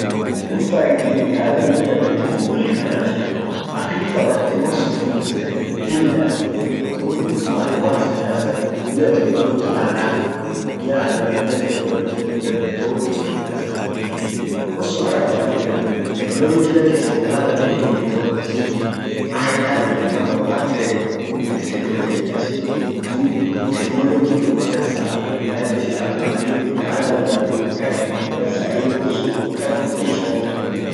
unnum faitiii binaadamin dandete won kulli him midassitu akli kabbati wonsunfumbute him mindasit ammotu wontutu at once midassa bila technology arrah, dunia arrah! bila technology dandate wontok himmidasitu wonsun harakkan fedenii technology lakisi binaadamtin dandete won akasisun harakatian, ama ak feden dete tete him midasitu dub technologin won dansaa yaani sila akli binaadam maddia wol kaen dansa ili wonsun woka wokti ishiat dargeten.